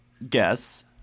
Guess